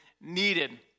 needed